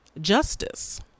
justice